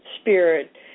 spirit